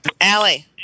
Allie